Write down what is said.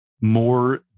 more